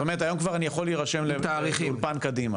זאת אומרת שהיום אני יכול כבר להירשם לאולפן קדימה.